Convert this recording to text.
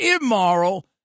immoral